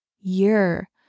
year